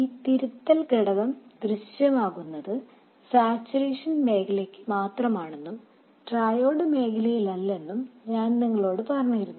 ഈ തിരുത്തൽ ഘടകം ദൃശ്യമാകുന്നത് സാച്ചുറേഷൻ മേഖലയ്ക്ക് മാത്രമാണെന്നും ട്രയോഡ് മേഖലയിലല്ലെന്നും ഞാൻ നിങ്ങളോട് പറഞ്ഞിരുന്നു